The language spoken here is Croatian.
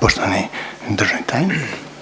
**Reiner, Željko